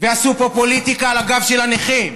עשו פה פוליטיקה על הגב של הנכים.